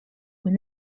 when